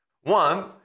One